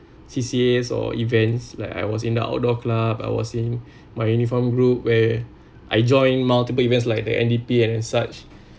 C_C_A or events like I was in the outdoor club I was in my uniform group where I join multiple events like the N_D_P and such